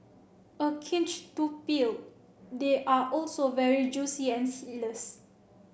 a cinch to peel they are also very juicy and seedless